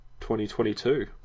2022